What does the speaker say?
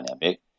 dynamic